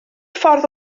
ffordd